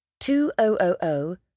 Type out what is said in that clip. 2000